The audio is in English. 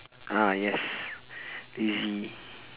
ah yes lazy